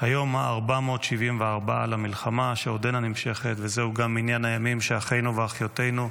היום ה-474 למלחמה שעודנה נמשכת וזהו גם מניין הימים שאחינו ואחיותינו,